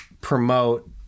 promote